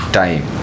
time